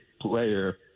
player